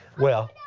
well,